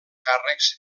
càrrecs